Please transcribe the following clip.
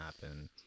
happen